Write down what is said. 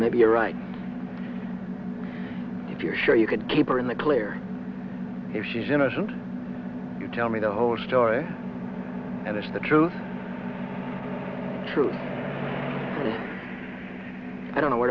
maybe you're right if you're sure you could keep her in the clear if she's innocent you tell me the whole story and it's the truth truth i don't know where